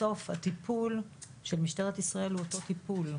בסופו של דבר הטיפול של משטרת ישראל הוא אותו הטיפול.